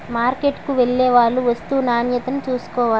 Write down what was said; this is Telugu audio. మార్కెట్కు వెళ్లేవాళ్లు వస్తూ నాణ్యతను చూసుకోవాలి